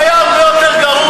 היה הרבה יותר גרוע.